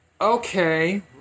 Okay